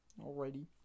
Alrighty